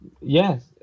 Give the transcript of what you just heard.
Yes